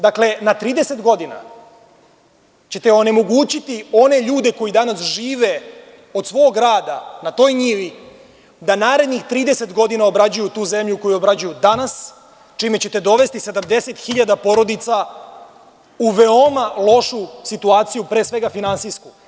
Dakle, na 30 godina ćete onemogućiti one ljudi koji danas žive od svog rada na toj njivi, da narednih 30 godina obrađuju tu zemlju koju obrađuju danas, čime ćete dovesti 70.000 porodica u veoma lošu situaciju, pre svega finansijsku.